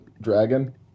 dragon